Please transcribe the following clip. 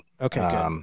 Okay